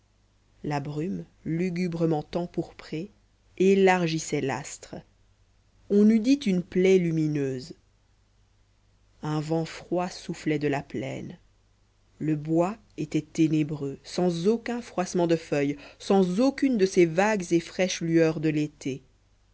la brume lugubrement empourprée élargissait l'astre on eût dit une plaie lumineuse un vent froid soufflait de la plaine le bois était ténébreux sans aucun froissement de feuilles sans aucune de ces vagues et fraîches lueurs de l'été